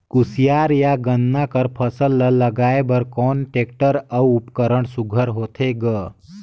कोशियार या गन्ना कर फसल ल लगाय बर कोन टेक्टर अउ उपकरण सुघ्घर होथे ग?